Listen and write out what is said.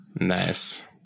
Nice